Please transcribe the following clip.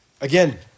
Again